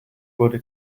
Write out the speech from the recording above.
wurde